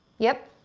yep,